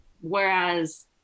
Whereas